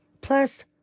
plus